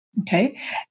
okay